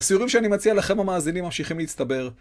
סיורים שאני מציע לכם, המאזינים ממשיכים להצטבר.